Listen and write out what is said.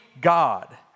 God